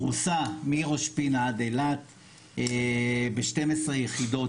פרושה מראש פינה עד אילת ב-12 יחידות.